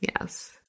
Yes